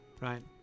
right